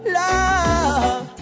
love